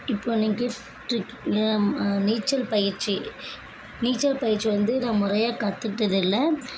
இப்போ நீங்கள் கேட்டுருக்கீங்க நீச்சல் பயிற்சி நீச்சல் பயிற்சி வந்து நான் முறையாக கற்றுக்கிட்டது இல்லை